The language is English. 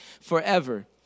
forever